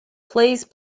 please